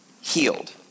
healed